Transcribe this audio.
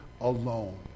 alone